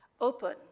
Open